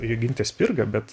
jogintė spirga bet